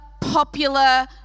popular